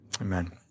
Amen